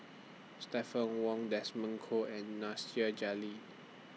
Stephanie Wong Desmond Kon and Nasir Jalil